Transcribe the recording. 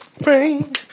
rain